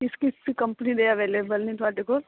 ਇਸਦੀ ਕੰਪਨੀ ਦੇ ਅਵੇਲੇਬਲ ਨੇ ਤੁਹਾਡੇ ਕੋਲ